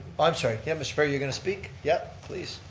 i'm sorry. yeah, mr. perry, you're going to speak? yeah, please.